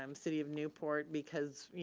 um city of newport because, you